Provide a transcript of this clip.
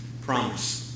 promise